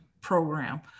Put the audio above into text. program